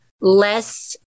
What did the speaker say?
less